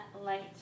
light